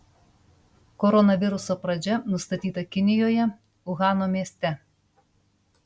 koronaviruso pradžia nustatyta kinijoje uhano mieste